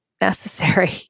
necessary